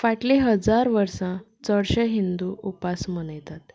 फाटले हजार वर्सां चडशे हिंदू उपास मनयतात